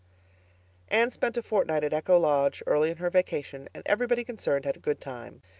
anne spent a fortnight at echo lodge early in her vacation and everybody concerned had a good time.